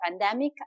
pandemic